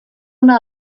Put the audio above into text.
una